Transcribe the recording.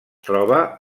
troba